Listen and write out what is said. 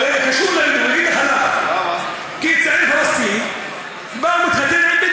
זה קשור, ואני אגיד לך למה.